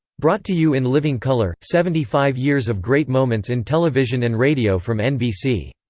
brought to you in living color seventy five years of great moments in television and radio from nbc.